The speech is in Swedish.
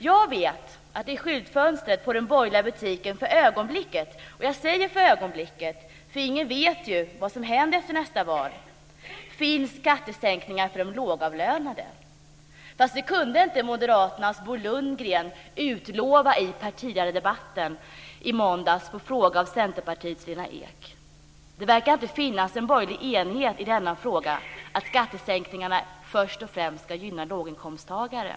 Jag vet att det i den borgerliga butikens skyltfönster för ögonblicket finns - jag säger "för ögonblicket", för ingen vet ju vad som händer efter nästa val - skattesänkningar för de lågavlönade. Detta kunde dock inte moderaternas Bo Lundgren utlova i partiledardebatten i måndags på fråga av Centerpartiets Lena Ek. Det verkar inte finnas en borgerlig enighet i frågan om att skattesänkningarna först och främst ska gynna låginkomsttagare.